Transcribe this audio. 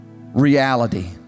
reality